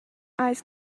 ice